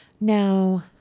Now